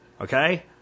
okay